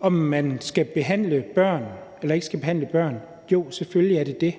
om man skal behandle børn eller ikke skal behandle børn, vil jeg sige: Jo, selvfølgelig er det det.